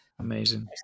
amazing